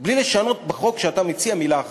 בלי לשנות בחוק שאתה מציע מילה אחת.